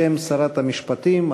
בשם שרת המשפטים,